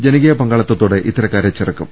ജനകീയ പങ്കാളിത്തതോടെ ഇത്തരക്കാരെ ചെറുക്കും